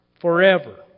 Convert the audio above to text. forever